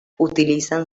utilizan